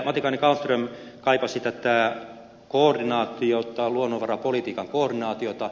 matikainen kallström kaipasi luonnonvarapolitiikan koordinaatiota